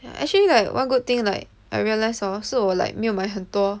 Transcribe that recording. ya actually like one good thing like I realise hor 是我 like 没有买很多